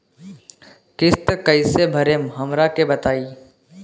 किस्त कइसे भरेम हमरा के बताई?